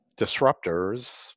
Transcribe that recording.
disruptors